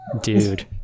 dude